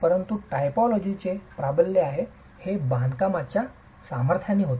परंतु हे टायपोलॉजीचे प्राबल्य आहे हे बांधकामाच्या सामर्थ्याने होते